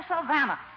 Savannah